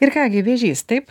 ir ką gi vėžys taip